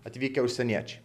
atvykę užsieniečiai